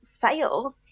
sales